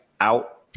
out